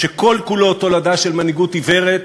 שכל כולו תולדה של מנהיגות עיוורת,